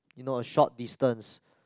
you know a short distance